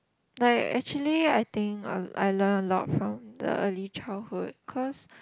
like actually I think uh I learn a lot from the early childhood cause